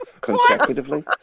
Consecutively